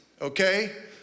okay